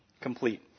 complete